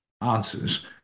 answers